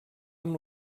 amb